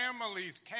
families